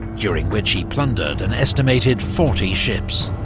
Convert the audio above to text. during which he plundered an estimated forty ships.